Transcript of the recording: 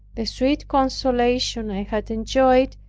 the sweet consolation i had enjoyed,